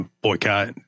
Boycott